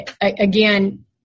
again